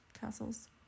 Castles